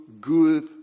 good